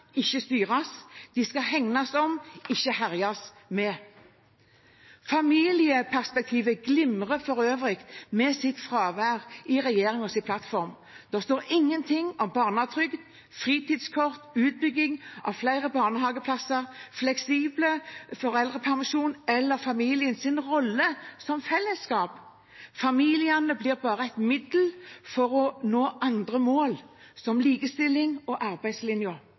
ikke styres. De skal hegnes om, ikke herjes med. Familieperspektivet glimrer for øvrig med sitt fravær i regjeringens plattform. Det står ingenting om barnetrygd, fritidskort, utbygging av flere barnehageplasser, fleksibel foreldrepermisjon eller familiens rolle som fellesskap. Familien blir bare et middel for å nå andre mål, som likestilling og